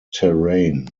terrain